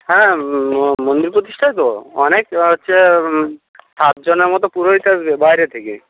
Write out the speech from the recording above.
হ্যাঁ মন্দির প্রতিষ্ঠায় তো অনেক হচ্ছে সাতজনের মতো পুরোহিত আসবে বাইরে থেকে